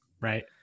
right